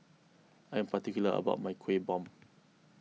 I am particular about my Kuih Bom